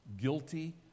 Guilty